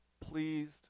pleased